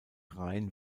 reihen